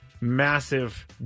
massive